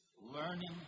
learning